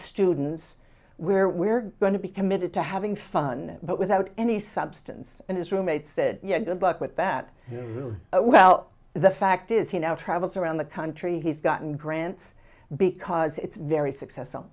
students where we're going to be committed to having fun but without any substance and his roommate said yeah good luck with that well the fact is he now travels around the country he's gotten grants because it's very successful